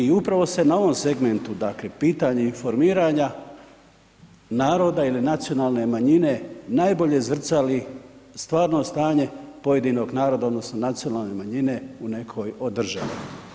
I upravo se na ovom segmentu dakle, pitanje informiranja, naroda ili nacionalne manjine, najbolje zrcali stvarno stanje pojedinog naroda odnosno nacionalne manjine u nekoj o država.